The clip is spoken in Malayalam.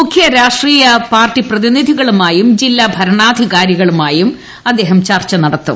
മുഖ്യ രാഷ്ട്രീയ പാർട്ടി പ്രതിനിധികളുമായും ജില്ലാ ഭരണാധികാരികളുമായും അദ്ദേഹം ചർച്ച നടത്തും